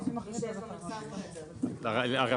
ההסתייגויות לא עברו.